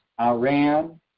Iran